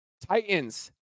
Titans